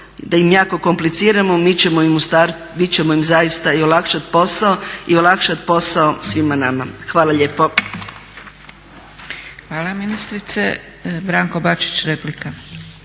je to jako komplicirano, mi ćemo im zaista i olakšat posao i olakšat posao svima nama. Hvala lijepo. **Zgrebec, Dragica (SDP)** Hvala ministrice. Branko Bačić, replika.